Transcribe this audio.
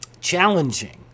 challenging